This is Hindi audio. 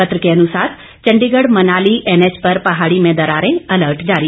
पत्र के अनुसार चंडीगढ़ मनाली एनएच पर पहाड़ी में दरारें अर्ल्ट जारी